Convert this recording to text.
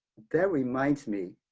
that reminds me